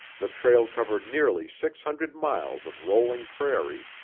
the trail covered nearly six hundred miles of rolling prairie,